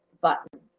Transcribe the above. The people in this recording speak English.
button